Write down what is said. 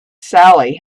sally